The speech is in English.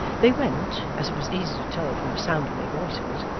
they went, as it was easy to tell from the sound of their voices,